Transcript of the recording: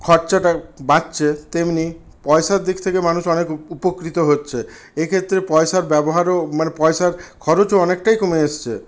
খরচাটা বাঁচছে তেমনি পয়সার দিক থেকে মানুষ অনেক উপকৃত হচ্ছে এক্ষেত্রে পয়সার ব্যবহারও মানে পয়সার খরচও অনেকটাই কমে এসছে